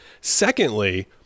Secondly